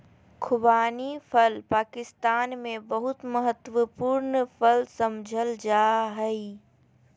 खुबानी फल पाकिस्तान में बहुत महत्वपूर्ण फल समझल जा हइ